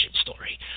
story